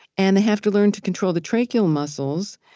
and they have to learn to control the tracheal muscles,